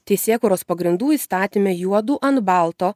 teisėkūros pagrindų įstatyme juodu ant balto